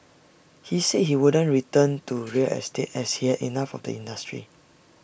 he said he wouldn't return to real estate as he had enough of the industry